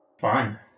Fine